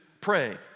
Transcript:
pray